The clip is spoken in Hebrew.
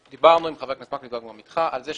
דיברנו עם חבר הכנסת מקלב וגם אתך על כך,